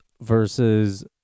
versus